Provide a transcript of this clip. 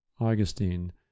Augustine